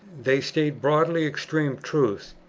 they state broadly extreme truths,